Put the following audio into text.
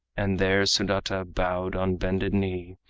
and there sudata bowed on bended knee,